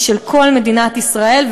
היא של כל מדינת ישראל,